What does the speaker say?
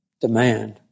demand